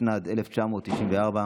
התשנ"ד 1994,